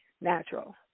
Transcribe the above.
natural